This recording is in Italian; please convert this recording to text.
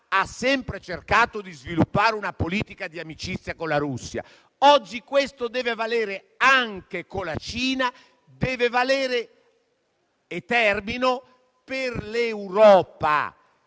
ha sempre cercato di sviluppare una politica di amicizia con la Russia. Oggi questo deve valere anche con la Cina e deve valere per l'Europa,